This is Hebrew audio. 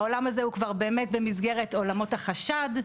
העולם הזה הוא באמת במסגרת עולמות החשד,